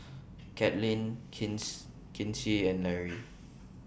Katlyn Kinsey and Larry